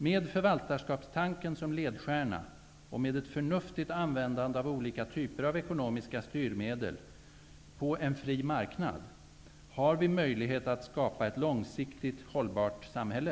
Med förvaltarskapstanken som ledstjärna och med ett förnuftigt användande av olika typer av ekonomiska styrmedel på en fri marknad har vi möjlighet att skapa ett långsiktigt hållbart samhälle.